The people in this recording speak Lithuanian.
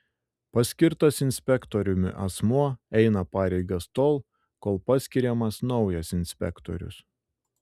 paskirtas inspektoriumi asmuo eina pareigas tol kol paskiriamas naujas inspektorius